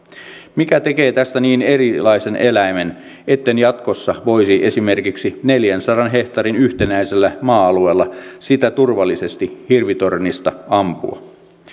mikä tekee tästä niin erilaisen eläimen etten jatkossa voisi esimerkiksi neljänsadan hehtaarin yhtenäisellä maa alueella sitä turvallisesti hirvitornista ampua